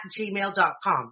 gmail.com